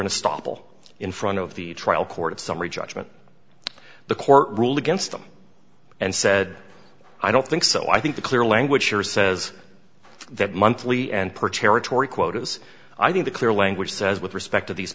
a stoppel in front of the trial court of summary judgment the court ruled against them and said i don't think so i think the clear language here says that monthly and per territory quotas i think the clear language says with respect to these